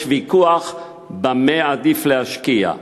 יש ויכוח במה עדיף להשקיע,